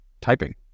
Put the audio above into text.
typing